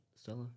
Stella